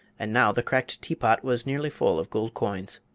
and now the cracked teapot was nearly full of gold coins.